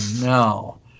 no